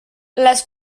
les